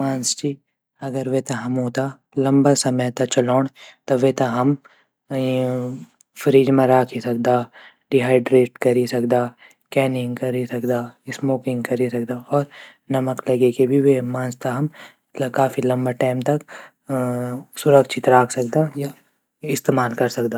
मांस त लंबा समय त सुरक्षित राखण ले हम येता फ्रिज म राख सकदा, वैक्यूम सीलिंग या एयर टाइट कंटेनर म राख सकदा और हम मसाला लगे के भी ये टा सूखे सकदा जेसे की मांस ख़राब न वो।